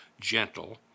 gentle